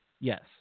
Yes